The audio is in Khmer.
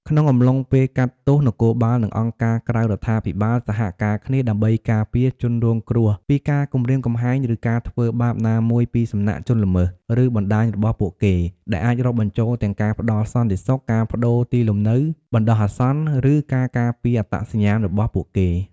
ក្នុងអំឡុងពេលកាត់ទោស នគរបាល និងអង្គការក្រៅរដ្ឋាភិបាលសហការគ្នាដើម្បីការពារជនរងគ្រោះពីការគំរាមកំហែង ឬការធ្វើបាបណាមួយពីសំណាក់ជនល្មើស ឬបណ្ដាញរបស់ពួកគេ ដែលអាចរាប់បញ្ចូលទាំងការផ្ដល់សន្តិសុខ ការប្ដូរទីលំនៅបណ្ដោះអាសន្ន ឬការការពារអត្តសញ្ញាណរបស់ពួកគេ។